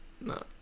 No